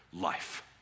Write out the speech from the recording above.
life